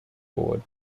board